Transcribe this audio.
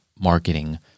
marketing